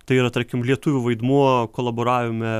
tai yra tarkim lietuvių vaidmuo kolaboravime